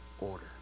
order